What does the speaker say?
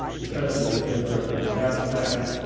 especially in an introductory stats class,